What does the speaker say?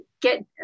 get